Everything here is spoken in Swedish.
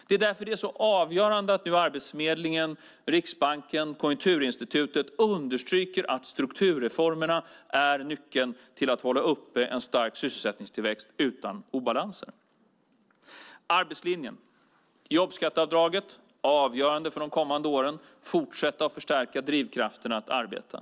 Det är därför det är så avgörande att nu Arbetsförmedlingen, Riksbanken och Konjunkturinstitutet understryker att strukturreformerna är nyckeln till att hålla uppe en stark sysselsättningstillväxt utan obalanser. När det gäller arbetslinjen är jobbskatteavdraget avgörande för de kommande åren. Vi fortsätter att förstärka drivkrafterna att arbeta.